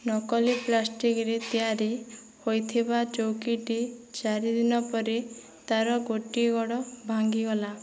ନକଲି ପ୍ଲାଷ୍ଟିକରେ ତିଆରି ହୋଇଥିବା ଚୌକିଟି ଚାରି ଦିନ ପରେ ତା'ର ଗୋଟିଏ ଗୋଡ଼ ଭାଙ୍ଗିଗଲା